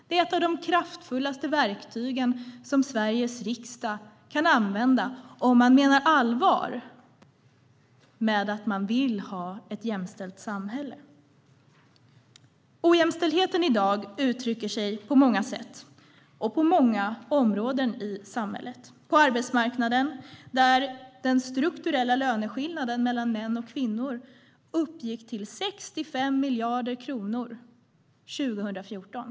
Det är ett av de kraftfullaste verktyg som Sveriges riksdag kan använda om man menar allvar med att man vill ha ett jämställt samhälle. Ojämställdheten i dag tar sig uttryck på många sätt och på många områden i samhället - bland annat på arbetsmarknaden, där den strukturella löneskillnaden mellan män och kvinnor uppgick till 65 miljarder kronor år 2014.